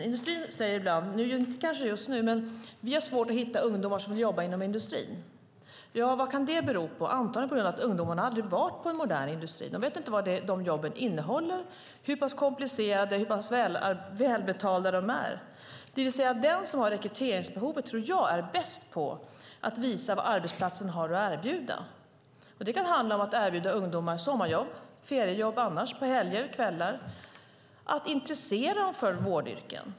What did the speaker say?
I industrin säger man ibland att man har svårt att hitta ungdomar som vill jobba inom industrin. Vad kan det bero på? Antagligen på att ungdomarna aldrig har varit på en modern industri. De vet inte vad de jobben innehåller, hur komplicerade de är och hur välbetalda de är. Jag tror att den som har rekryteringsbehovet är bäst på att visa vad arbetsplatsen har att erbjuda. Det kan vara att erbjuda ungdomar sommarjobb, jobb på helger och kvällar och att intressera dem för vårdyrken.